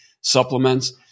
supplements